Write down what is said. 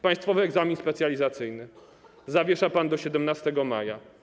Państwowy egzamin specjalizacyjny zawiesza pan do 17 maja.